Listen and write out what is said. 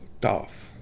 tough